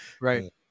Right